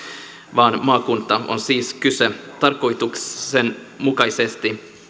vaan maakunta on siis kyse tarkoituksenmukaisesta